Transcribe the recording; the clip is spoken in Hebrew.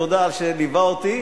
תודה שליווה אותי,